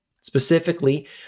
Specifically